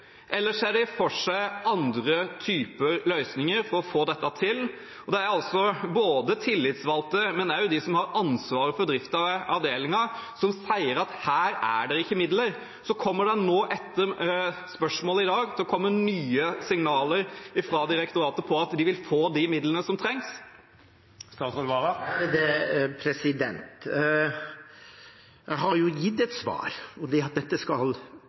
eller ser de for seg andre typer løsninger for å få dette til? Det er både tillitsvalgte og de som har ansvaret for driften av avdelingen, som sier at det her ikke er midler. Vil det etter spørsmålet i dag komme nye signaler fra direktoratet om at man vil få de midlene som trengs? Jeg har gitt et svar, og det er at dette